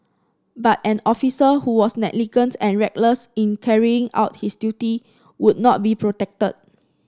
but an officer who was negligent or reckless in carrying out his duty would not be protected